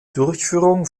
durchführung